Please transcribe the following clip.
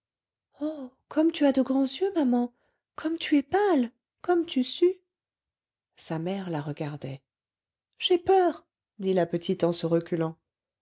comme tu as de grands yeux maman comme tu es pâle comme tu sues sa mère la regardait j'ai peur dit la petite en se reculant